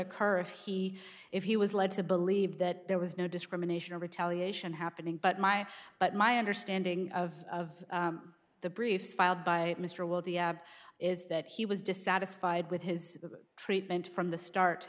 occur if he if he was led to believe that there was no discrimination or retaliation happening but my but my understanding of the briefs filed by mr world is that he was dissatisfied with his treatment from the start